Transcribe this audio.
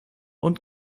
und